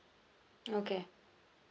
okay